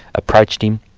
approached him,